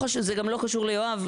זה גם לא קשור ליואב,